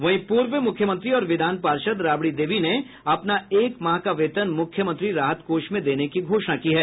वहीं पूर्व मुख्यमंत्री और विधान पार्षद राबड़ी देवी ने अपना एक माह का वेतन मुख्यमंत्री राहत कोष में देने की घोषणा की है